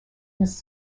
his